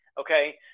Okay